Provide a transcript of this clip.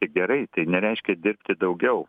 tai gerai tai nereiškia dirbti daugiau